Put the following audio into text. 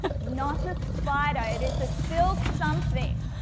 not a spider, it is a silk something.